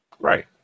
Right